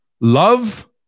Love